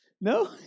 No